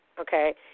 okay